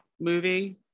movie